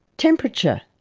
temperature,